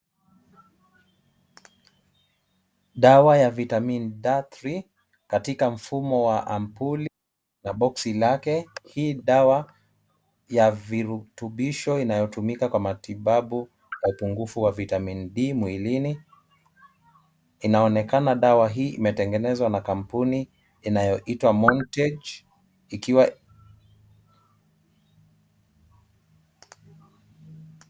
Dawa ya vitamini D3 katika mfumo wa ampuli la bosi wa lake, hii dawa ya virutubisho inayotumika kwa matibabu ya upungufu wa Vitami D mwilini inaonekana dawa hii imetengenezwa na kampuni inayoitwa Montage ikiwa....